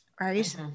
right